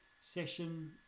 session